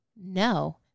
No